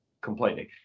complaining